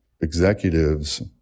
executives